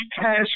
cash